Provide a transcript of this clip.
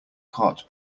cart